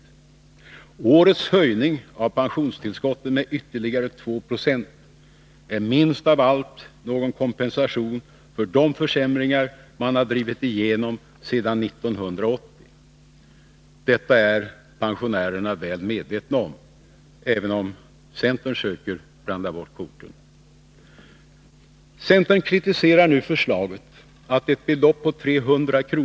Årets höjning av pensionstillskotten med ytterligare 2 Zo är minst av allt någon kompensation för de försämringar man har drivit igenom sedan 1980. Detta är pensionärerna väl medvetna om, även om centern söker blanda bort korten. Centern kritiserar nu förslaget om att ett belopp på 300 kr.